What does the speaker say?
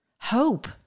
hope